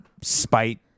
spite